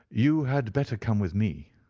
you had better come with me,